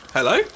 Hello